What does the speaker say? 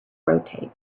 rotate